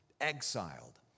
exiled